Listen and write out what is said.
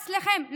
אצלכם.